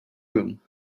room